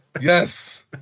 Yes